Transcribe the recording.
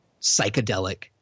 psychedelic